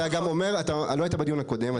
אתה גם אומר, אתה לא היית בדיון הקודם.